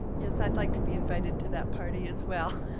yes, i'd like to be invited to that party as well.